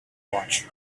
watch